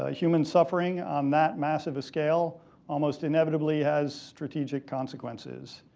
ah human suffering on that massive a scale almost inevitably has strategic consequences.